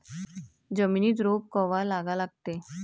जमिनीत रोप कवा लागा लागते?